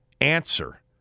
answer